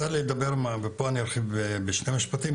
פה אני ארחיב בשני משפטים.